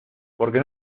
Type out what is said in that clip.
porque